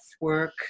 work